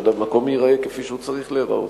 שהמקום ייראה כפי שהוא צריך להיראות.